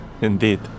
Indeed